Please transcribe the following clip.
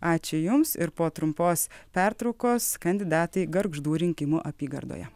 ačiū jums ir po trumpos pertraukos kandidatai gargždų rinkimų apygardoje